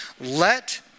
let